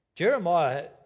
Jeremiah